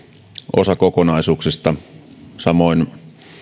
osakokonaisuuksista samoin